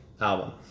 album